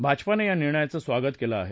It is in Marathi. भाजपानं या निर्णयाचं स्वागत केलं आहे